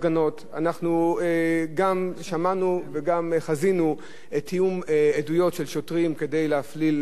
אנחנו גם שמענו וגם חזינו תיאום עדויות של שוטרים כדי להפליל מפגינים.